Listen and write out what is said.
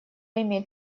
имеет